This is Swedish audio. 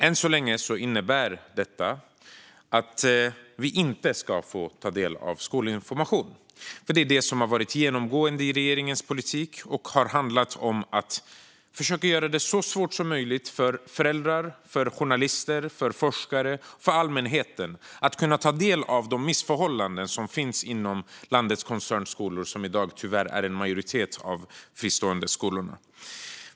Än så länge innebär det att vi inte ska få ta del av skolinformation. Det har nämligen varit genomgående i regeringens politik att försöka göra det så svårt som möjligt för föräldrar, journalister, forskare och allmänhet att få ta del av de missförhållanden som finns inom landets koncernskolor, som tyvärr är i majoritet bland dagens fristående skolor.